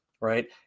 right